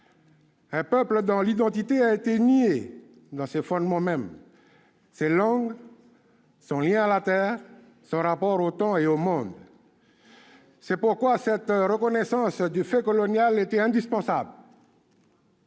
Un peuple dont l'identité a été niée dans ses fondements mêmes : ses langues, son lien à la terre, son rapport au temps et au monde. C'est pourquoi cette reconnaissance du fait colonial était indispensable.